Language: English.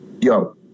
Yo